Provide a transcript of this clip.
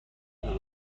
نمی